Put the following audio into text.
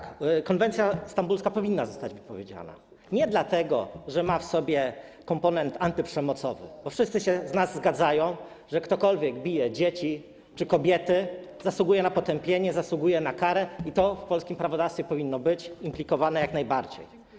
Konwencja stambulska powinna zostać wypowiedziana i to nie dlatego, że ma w sobie komponent antyprzemocowy, bo wszyscy z nas się zgadzają, że ktokolwiek bije dzieci czy kobiety, zasługuje na potępienie, zasługuje na karę, i to w polskim prawodawstwie powinno być implikowane, jak najbardziej.